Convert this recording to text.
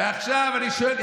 ועכשיו אני שואל,